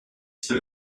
c’est